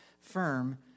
firm